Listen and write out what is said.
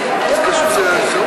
הסכימו.